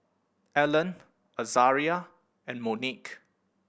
Ellen Azaria and Monique